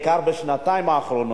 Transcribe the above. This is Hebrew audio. בעיקר בשנתיים האחרונות,